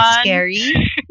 scary